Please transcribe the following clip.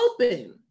open